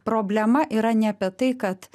problema yra ne apie tai kad